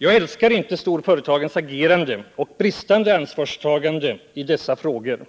Jag älskar inte storföretagens agerande och bristande ansvarstagande i dessa frågor,